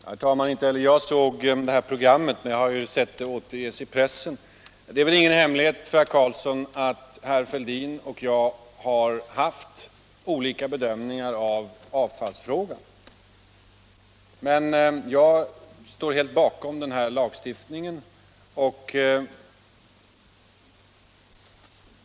Herr talman! Inte heller jag såg programmet, men jag har sett det refererat i pressen. Det är väl ingen hemlighet för herr Carlsson i Tyresö att herr Fälldin och jag har haft olika bedömningar av avfallsfrågen, men jag står helt bakom det lagförslag som nu behandlas.